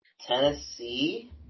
Tennessee